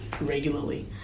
regularly